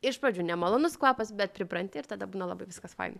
iš pradžių nemalonus kvapas bet pripranti ir tada būna labai viskas faina